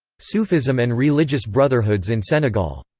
sufism and religious brotherhoods in senegal.